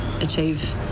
achieve